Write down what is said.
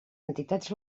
entitats